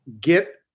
get